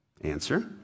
Answer